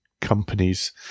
companies